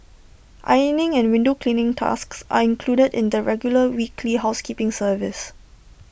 ironing and window cleaning tasks are included in the regular weekly housekeeping service